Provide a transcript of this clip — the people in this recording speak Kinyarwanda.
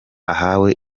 ahawe